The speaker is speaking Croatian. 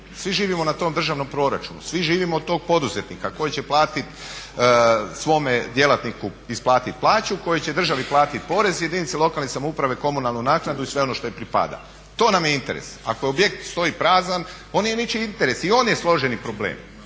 Svi živimo na tom državnom proračunu, svi živimo od tog poduzetnika koji će platiti svom djelatniku isplatiti plaću, koji će državi platiti porez, jedinici lokalne samouprave komunalnu naknadu i sve ono što joj pripada. To nam je interes. Ako objekt stoji prazan on nije ničiji interes i on je složeni problem.